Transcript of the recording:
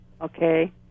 okay